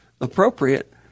appropriate